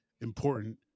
important